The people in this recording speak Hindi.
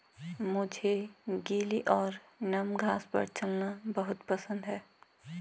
मुझे गीली और नम घास पर चलना बहुत पसंद है